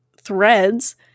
threads